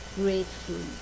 grateful